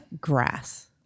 grass